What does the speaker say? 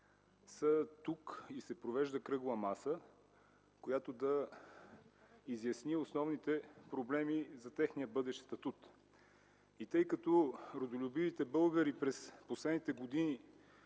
са тук и се провежда Кръгла маса, която да изясни основните проблеми за техния бъдещ статут. И тъй като родолюбивите българи през последните години